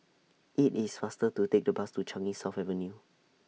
IT IS faster to Take The Bus to Changi South Avenue